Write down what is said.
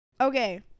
Okay